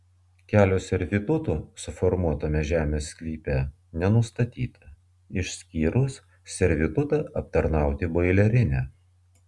kelio servitutų suformuotame žemės sklype nenustatyta išskyrus servitutą aptarnauti boilerinę